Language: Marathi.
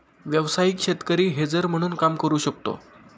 व्यावसायिक शेतकरी हेजर म्हणून काम करू शकतो